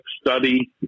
study